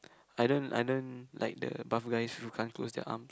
I don't I don't like the buff guys who can't close their arm